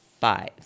five